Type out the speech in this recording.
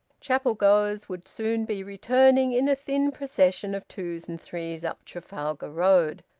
chapel-goers would soon be returning in a thin procession of twos and threes up trafalgar road.